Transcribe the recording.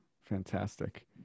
fantastic